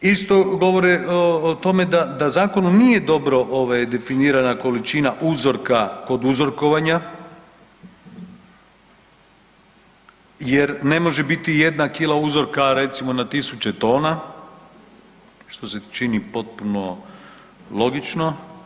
Isto govore o tome da, da zakonom nije dobro ovaj definirana količina uzorka kod uzorkovanja jer ne može biti jedna kila uzorka recimo na tisuće tona, što se čini potpuno logično.